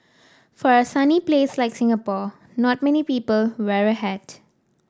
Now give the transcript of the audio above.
for a sunny place like Singapore not many people wear a hat